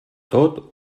tot